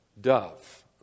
dove